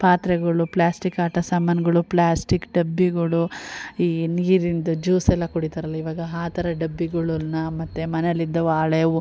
ಪಾತ್ರೆಗಳು ಪ್ಲ್ಯಾಸ್ಟಿಕ್ ಆಟ ಸಾಮಾನುಗಳು ಪ್ಲ್ಯಾಸ್ಟಿಕ್ ಡಬ್ಬಿಗಳು ಈ ನೀರಿಂದು ಜ್ಯುಸೆಲ್ಲ ಕುಡಿತಾರಲ್ಲ ಇವಾಗ ಆ ಥರ ಡಬ್ಬಿಗಳನ್ನ ಮತ್ತು ಮನೆಯಲಿದ್ದವು ಹಳೆವು